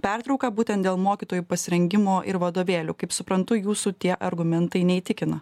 pertrauką būtent dėl mokytojų pasirengimo ir vadovėlių kaip suprantu jūsų tie argumentai neįtikina